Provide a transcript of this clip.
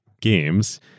games